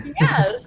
Yes